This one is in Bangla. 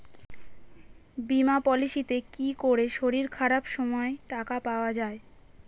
বীমা পলিসিতে কি করে শরীর খারাপ সময় টাকা পাওয়া যায়?